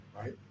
right